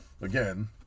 again